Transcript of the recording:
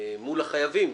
מול החייבים,